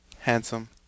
Handsome